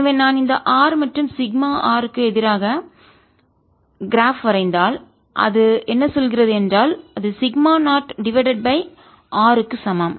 எனவே நான் இந்த r மற்றும் சிக்மா r க்கு எதிராக கிராப் வரைபடம் வரைந்தால் அது என்ன சொல்கிறது என்றால் அது சிக்மா 0 டிவைடட் பை r க்கு சமம்